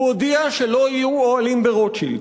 הוא הודיע שלא יהיו אוהלים ברוטשילד.